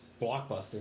Blockbuster